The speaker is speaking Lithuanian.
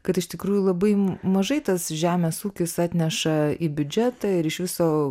kad iš tikrųjų labai mažai tas žemės ūkis atneša į biudžetą ir iš viso